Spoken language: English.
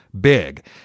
big